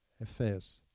affairs